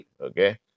okay